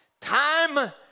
Time